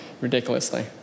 ridiculously